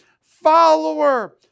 follower